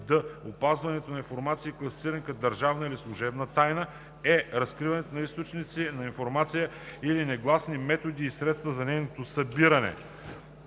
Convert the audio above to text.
д) опазването на информация, класифицирана като държавна или служебна тайна; е) разкриване на източниците на информацията или негласните методи и средства за нейното събиране;